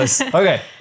Okay